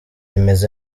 imeze